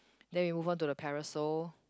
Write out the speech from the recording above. then we move on to the parasol